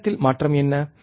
நேரத்தில் மாற்றம் என்ன